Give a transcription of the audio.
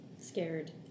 scared